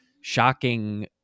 shocking